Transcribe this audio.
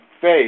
faith